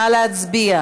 נא להצביע.